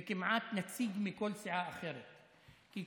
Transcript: ונציג מכל סיעה אחרת כמעט,